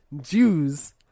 Jews